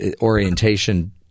orientation